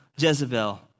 Jezebel